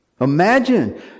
Imagine